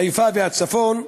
חיפה והצפון,